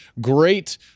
Great